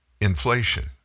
inflation